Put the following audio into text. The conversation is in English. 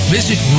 Visit